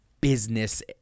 business